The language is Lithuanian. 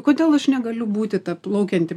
kodėl aš negaliu būti ta plaukianti